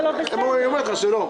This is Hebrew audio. היא אומרת לך שלא.